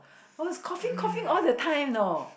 I was coughing coughing all the time you know